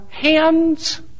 hands